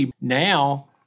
Now